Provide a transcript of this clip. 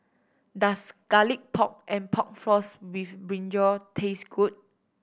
does Garlic Pork and Pork Floss with brinjal taste good